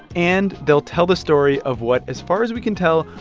and they'll tell the story of what, as far as we can tell,